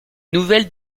nouvelle